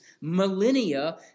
millennia